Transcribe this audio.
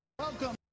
Welcome